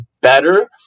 better